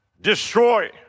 destroy